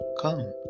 Come